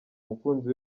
umukunzi